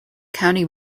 county